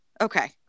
Okay